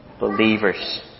believers